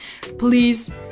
please